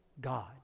God